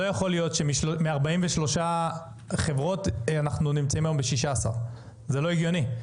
לא יכול להיות שמ-43 חברות אנחנו נמצאים היום עם 16. זה לא הגיוני.